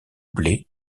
blés